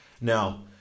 Now